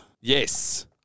Yes